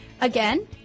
Again